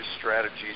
strategies